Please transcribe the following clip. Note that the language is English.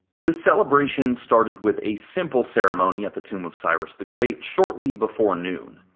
the celebration started with a simple ceremony at the tomb of cyrus the great shortly before noon.